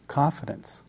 confidence